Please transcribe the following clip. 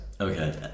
okay